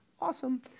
awesome